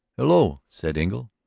hello, said engle,